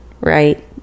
right